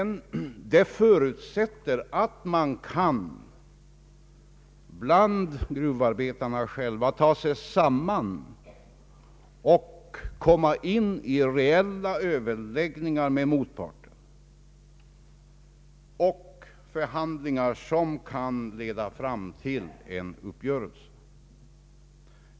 Det förutsätter dock att gruvarbetarna själva kan ta sig samman och få till stånd reella överläggningar med motparten och förhandlingar som kan leda fram till en uppgörelse.